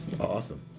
Awesome